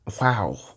wow